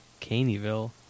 Caneyville